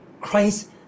christ